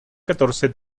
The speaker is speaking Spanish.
catorce